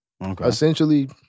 Essentially